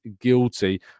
guilty